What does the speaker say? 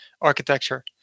architecture